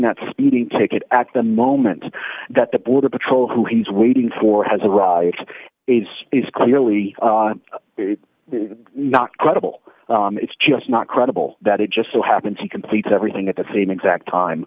that speeding ticket at the moment that the border patrol who he's waiting for has a riot's is clearly not credible it's just not credible that it just so happens he completes everything at the same exact